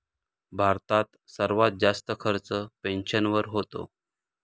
भारतात सर्वात जास्त खर्च पेन्शनवर होतो